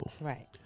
Right